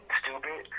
stupid